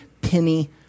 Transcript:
penny